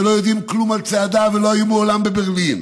שלא יודעים כלום על צעדה ולא היו מעולם בברלין,